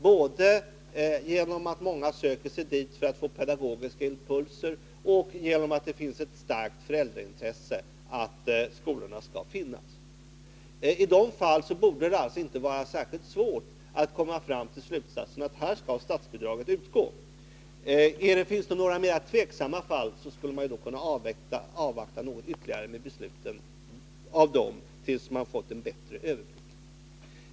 Många söker sig till Waldorfskolor för att få pedagogiska impulser, och dessutom finns det ett starkt föräldraintresse av att skolorna skall få vara kvar. I sådana fall borde det alltså inte vara särskilt svårt att komma fram till slutsatsen att statsbidrag skall utgå. I mera tvivelaktiga fall skulle man kunna vänta med beslut tills man fått en bättre överblick.